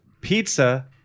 Pizza